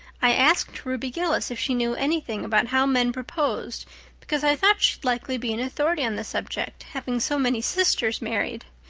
i asked ruby gillis if she knew anything about how men proposed because i thought she'd likely be an authority on the subject, having so many sisters married.